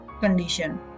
condition